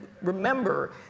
remember